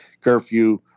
Curfew